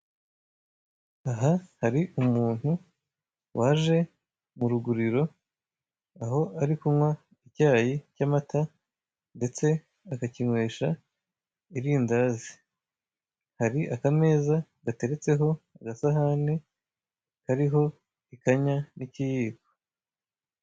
Aha hari umuntu waje mu ruguriro aho ari kunywa icyayi cy'amata ndetse akakinywesha irindazi. Hari akameza gateretseho agasahani kariho ikanya n'ikiyiko.